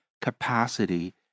capacity